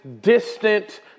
distant